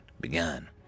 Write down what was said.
began